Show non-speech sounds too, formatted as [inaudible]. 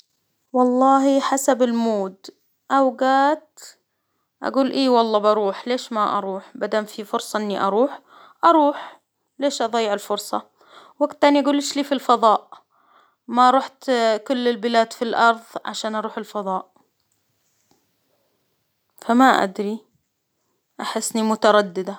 والله حسب المود أوقات أقول إيه والله بروح ليش ما اروح؟ ما دام في فرصة إني أروح أروح ليش أضيع الفرصة؟ وقت تاني أقول ليش لي في الفضاء؟ ما رحت [hesitation] كل البلاد في الأرض عشان أروح الفضاء، فما أدري أحس إني مترددة.